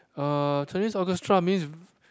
uh Chinese Orchestra mean